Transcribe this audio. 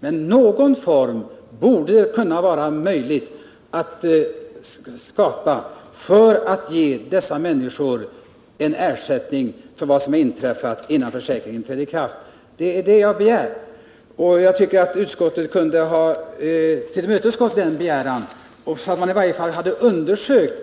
Men i någon form borde det vara möjligt att ge dessa människor en ersättning för vad som inträffat innan försäkringen trädde i kraft. Detta har jag begärt. Jag tycker att utskottet kunde ha tillmötesgått min begäran och i alla fall undersökt